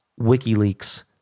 WikiLeaks